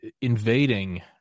invading